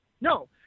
No